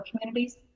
communities